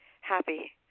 happy